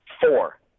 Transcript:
Four